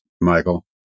Michael